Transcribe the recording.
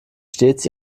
stets